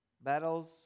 Battles